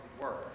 work